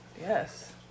Yes